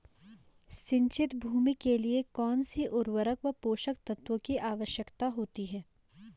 सिंचित भूमि के लिए कौन सी उर्वरक व पोषक तत्वों की आवश्यकता होती है?